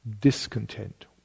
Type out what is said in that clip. Discontent